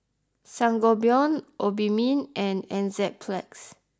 Sangobion Obimin and Enzyplex